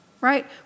right